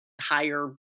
higher